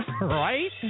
Right